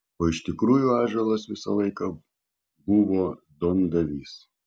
o iš tikrųjų ąžuolas visą laiką buvo duondavys